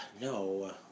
No